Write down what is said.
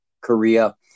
Korea